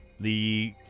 the